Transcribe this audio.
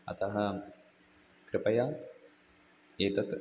अतः कृपया एतत्